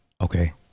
Okay